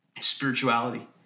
spirituality